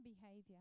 behavior